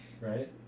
right